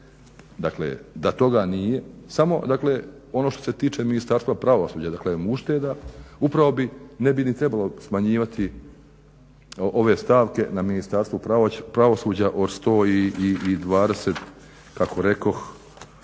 dakle da toga nije, samo ono što se tiče Ministarstva pravosuđa dakle ušteda upravo ne bi ni trebalo smanjivati ove stavke na Ministarstvu pravosuđa od 120 milijuna